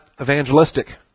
evangelistic